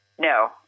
No